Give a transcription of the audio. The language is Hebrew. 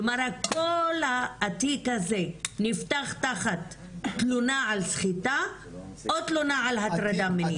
כלומר כל התיק הזה נפתח תחת תלונה על סחיטה או תלונה על הטרדה מינית?